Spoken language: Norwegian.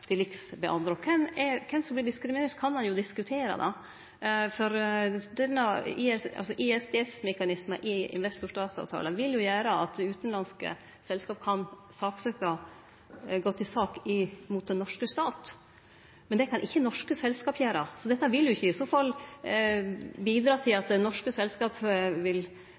til liks med andre. Kven som vert diskriminert, kan ein diskutere, for ISDS-mekanismar i investor–stat-avtalar vil jo gjere at utanlandske selskap kan gå til sak mot den norske stat. Men det kan ikkje norske selskap gjere, så dette vil ikkje i så fall bidra til at norske selskap vil